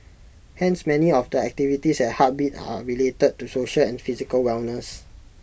hence many of the activities at heartbeat are related to social and physical wellness